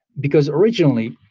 because originally,